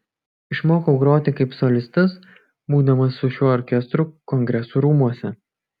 išmokau groti kaip solistas būdamas su šiuo orkestru kongresų rūmuose